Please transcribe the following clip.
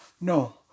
No